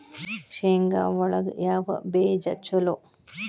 ಶೇಂಗಾ ಒಳಗ ಯಾವ ಬೇಜ ಛಲೋ?